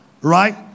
Right